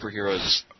superheroes